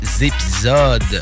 épisode